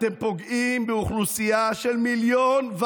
אתם פוגעים באוכלוסייה של 1.5 מיליון,